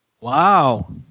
Wow